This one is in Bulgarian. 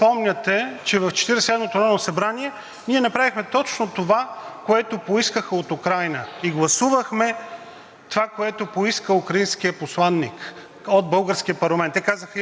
това, което поиска украинският посланик от българския парламент. Те казаха: имаме нужда от тази помощ и ние я гласувахме, и я предоставихме. Мисля, че не е редно да слагате думи на